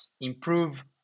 improve